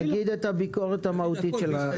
תגיד את הביקורת המהותית שלך.